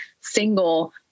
single